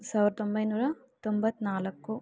ಸಾವಿರದ ಒಂಬೈನೂರ ತೊಂಬತ್ತ್ನಾಲ್ಕು